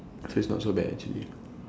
so it's not so bad actually